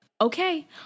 okay